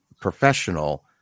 professional